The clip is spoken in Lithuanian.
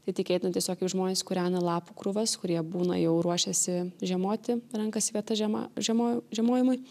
tai tikėtina tiesiog kai žmonės kūrena lapų krūvas kurie būna jau ruošiasi žiemoti renkasi vietas žiema žiemo žiemojimui